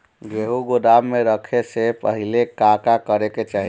गेहु गोदाम मे रखे से पहिले का का करे के चाही?